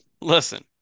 listen